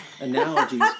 analogies